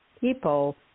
people